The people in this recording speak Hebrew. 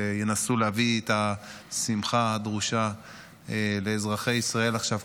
שינסו להביא את השמחה הדרושה כל כך לאזרחי ישראל עכשיו,